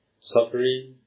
suffering